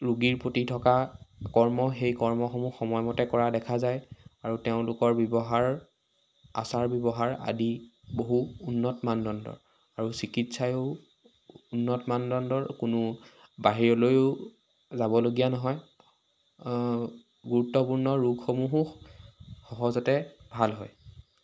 ৰোগীৰ প্ৰতি থকা কৰ্ম সেই কৰ্মসমূহ সময়মতে কৰা দেখা যায় আৰু তেওঁলোকৰ ব্যৱহাৰ আচাৰ ব্যৱহাৰ আদি বহু উন্নত মানদণ্ডৰ আৰু চিকিৎসায়ো উন্নত মানদণ্ডৰ কোনো বাহিৰলৈয়ো যাবলগীয়া নহয় গুৰুত্বপূৰ্ণ ৰোগসমূহো সহজতে ভাল হয়